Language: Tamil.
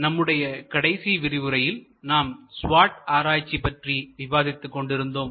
நம்முடைய கடைசி விரிவுரையில் நாம் SWOT ஆராய்ச்சி பற்றி விவாதித்துக் கொண்டிருந்தோம்